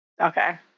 Okay